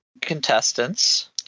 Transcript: contestants